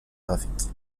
graphiques